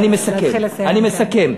אני מסכים.